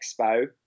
expo